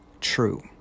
true